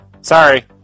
Sorry